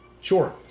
Sure